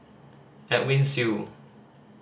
Edwin Siew